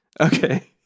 Okay